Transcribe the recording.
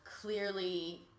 clearly